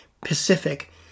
Pacific